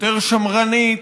יותר שמרנית,